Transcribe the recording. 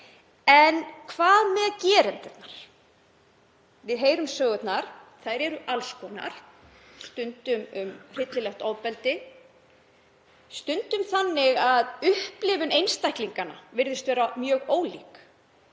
En hvað með gerendurna? Við heyrum sögurnar. Þær eru alls konar. Stundum um hryllilegt ofbeldi, stundum þannig að upplifun einstaklinganna virðist vera mjög ólík.